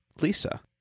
Lisa